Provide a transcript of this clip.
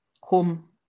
home